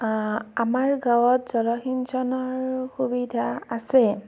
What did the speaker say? আমাৰ গাঁৱত জলসিঞ্চনৰ সুবিধা আছে